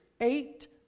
eight